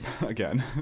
again